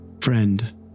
Friend